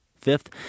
Fifth